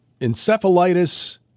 encephalitis